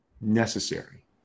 necessary